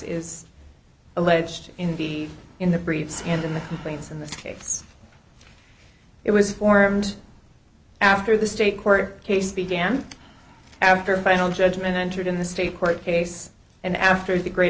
is alleged in the in the briefs and in the things in the case it was formed after the state court case began after a final judgment entered in the state court case and after the great